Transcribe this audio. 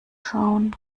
schauen